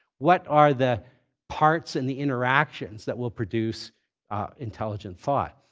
what are the parts and the interactions that will produce intelligent thought?